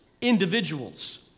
individuals